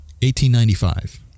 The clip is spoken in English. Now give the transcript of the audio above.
1895